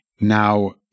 now